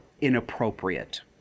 inappropriate